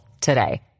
today